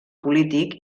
polític